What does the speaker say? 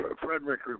Frederick